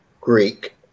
Greek